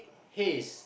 his